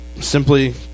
simply